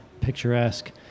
picturesque